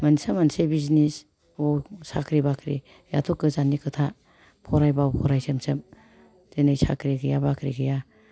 मोनसे मोनसे बिजिनिस साख्रि बाख्रि आथ' गोजाननि खोथा फरायबाबो फरायसोम सोम दिनै साख्रि गैया बाख्रि गैया